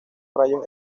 rayos